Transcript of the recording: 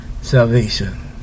salvation